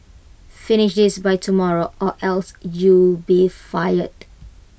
finish this by tomorrow or else you'll be fired